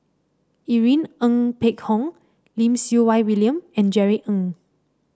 Irene Ng Phek Hoong Lim Siew Wai William and Jerry Ng